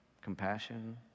Compassion